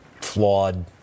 flawed